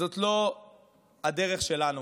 זאת לא הדרך שלנו.